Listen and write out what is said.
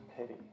pity